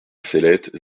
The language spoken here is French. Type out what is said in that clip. cellettes